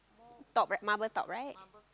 top right marble top right